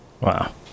Wow